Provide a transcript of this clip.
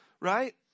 Right